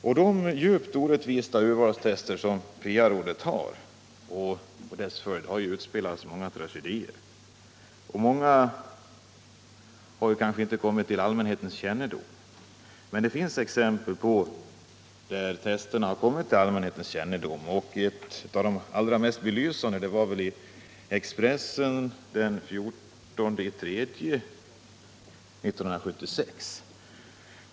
PA-rådets djupt orättvisa urvalstester har förorsakat många tragedier. Många av dessa har kanske inte blivit kända, men det finns också exempel som kommit till allmänhetens kännedom. Ett av de allra mest belysande är väl det som publicerades i Expressen den 14 mars 1976.